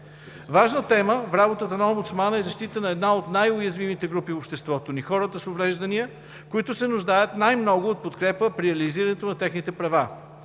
Важна тема в работата на омбудсмана е защита на една от най- уязвимите групи в обществото ни – хората с увреждания, които се нуждаят най-много от подкрепа при реализирането на техните права.